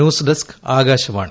news desk Akashvani